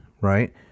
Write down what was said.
right